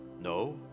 no